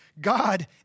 God